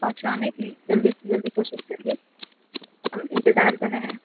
پہنچانے کی جلدی سے جلدی کوشش کریے ہم اِنتظار کر رہے ہیں